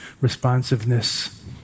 responsiveness